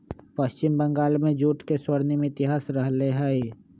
पश्चिम बंगाल में जूट के स्वर्णिम इतिहास रहले है